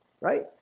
right